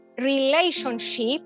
relationship